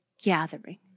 gathering